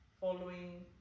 following